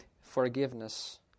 forgiveness